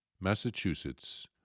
Massachusetts